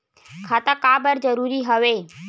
खाता का बर जरूरी हवे?